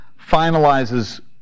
finalizes